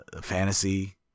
fantasy